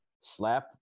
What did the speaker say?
slap